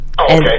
Okay